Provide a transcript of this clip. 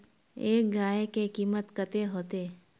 एक गाय के कीमत कते होते?